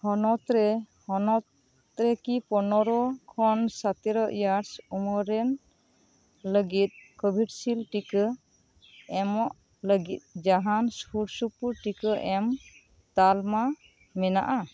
ᱦᱚᱱᱚᱛ ᱨᱮ ᱦᱚᱱᱚᱛ ᱨᱮᱠᱤ ᱯᱚᱱᱨᱚ ᱠᱷᱚᱱ ᱥᱟᱛᱮᱨᱚ ᱤᱭᱟᱨᱥ ᱩᱢᱟᱹᱨ ᱨᱮᱱ ᱞᱟᱜᱤᱫ ᱠᱳᱵᱷᱤᱰᱥᱤᱞ ᱴᱤᱠᱟᱹ ᱮᱢᱚᱜ ᱞᱟᱹᱜᱤᱫ ᱡᱟᱦᱟᱸᱱ ᱥᱩᱨ ᱥᱩᱯᱩᱨ ᱴᱤᱠᱟᱹ ᱮᱢ ᱛᱟᱞᱢᱟ ᱢᱮᱱᱟᱜᱼᱟ